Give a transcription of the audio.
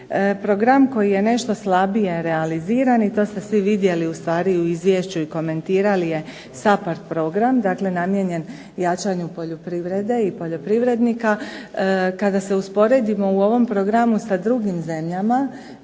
Program koji je nešto slabije realiziran i to ste svi vidjeli ustvari u izvješću i komentirali je SAPHARD program, dakle namijenjen jačanju poljoprivrede i poljoprivrednika. Kada se usporedimo u ovom programu sa drugim zemljama,